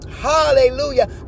Hallelujah